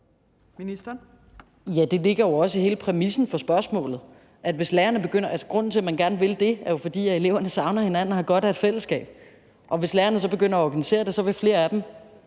det ligger jo også i hele præmissen for spørgsmålet. Grunden til, at man gerne vil det, er, at eleverne savner hinanden og har godt af et fællesskab, og hvis lærerne så begynder at organisere det, vil flere af dem